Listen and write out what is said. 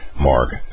Mark